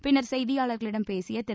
பின்னர் செய்தியாளர்களிடம் பேசிய திரு